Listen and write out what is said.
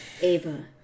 Ava